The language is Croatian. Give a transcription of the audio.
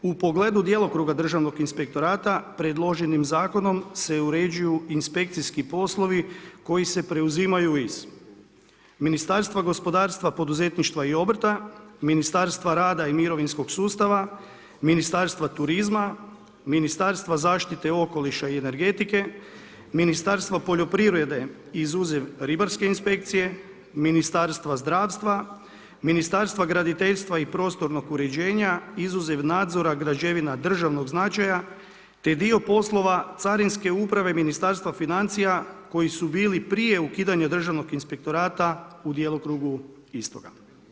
U pogledu djelokruga državnog inspektorata predloženim zakonom se uređuju inspekcijski poslovi koji se preuzimaju iz Ministarstva gospodarstva, poduzetništva i obrta, Ministarstva rada i mirovinskog sustava, Ministarstva turizma, Ministarstva zaštite okoliša i energetike, Ministarstva poljoprivrede izuzev ribarske inspekcije, Ministarstva zdravstva, Ministarstva graditeljstva i prostornog uređenja izuzev nadzora građevina državnog značaja te dio poslova carinske uprave Ministarstva financija koji su bili prije ukidanja državnog inspektorata u djelokrugu istoga.